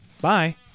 Bye